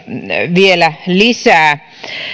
vielä lisää